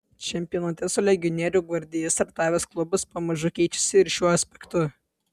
čempionate su legionierių gvardija startavęs klubas pamažu keičiasi ir šiuo aspektu